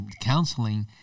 counseling